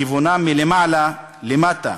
כיוונם מלמעלה למטה,